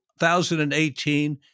2018